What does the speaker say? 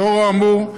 לאור האמור,